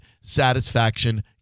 satisfaction